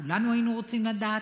כולנו היינו רוצים לדעת,